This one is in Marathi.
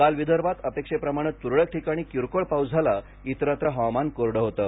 काल विदर्भात अपेक्षेप्रमाणे तुरळक ठिकाणी किरकोळ पाऊस झाला इतरत्र हवामान कोरडं होतं